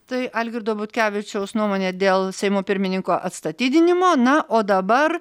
tai algirdo butkevičiaus nuomonė dėl seimo pirmininko atstatydinimo na o dabar